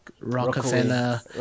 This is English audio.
Rockefeller